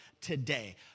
today